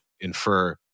infer